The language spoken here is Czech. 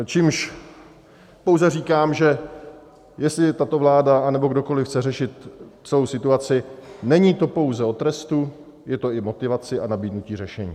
Čímž pouze říkám, že jestliže tato vláda anebo kdokoliv chce řešit celou situaci, není to pouze o trestu, je to i o motivaci a nabídnutí řešení.